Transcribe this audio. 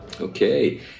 Okay